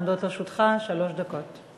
עומדות לרשותך שלוש דקות.